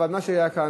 אבל מה שהיה כאן,